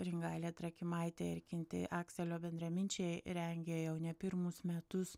ringailė trakimaitė ir kinti akselio bendraminčiai rengia jau ne pirmus metus